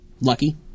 Lucky